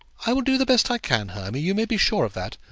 i will do the best i can, hermy you may be sure of that.